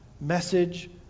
message